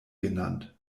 genannt